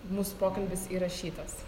mūsų pokalbis įrašytas